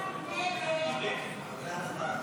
ההסתייגות לא התקבלה.